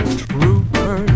trooper